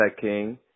King